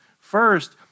First